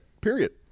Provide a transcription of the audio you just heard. period